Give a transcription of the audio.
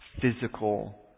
physical